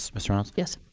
ah ms. reynolds. yes.